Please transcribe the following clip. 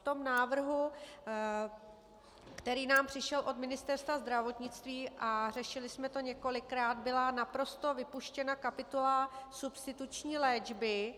V návrhu, který nám přišel od Ministerstva zdravotnictví, a řešili jsme to několikrát, byla naprosto vypuštěna kapitola substituční léčby.